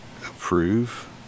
approve